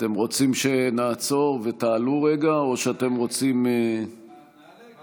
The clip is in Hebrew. אתם רוצים שנעצור ותעלו רגע, או שאתם רוצים, נעלה.